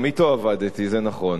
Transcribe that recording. גם אתו עבדתי, זה נכון.